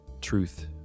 truth